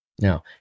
Now